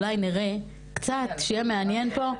אולי נראה קצת שיהיה מעניין פה,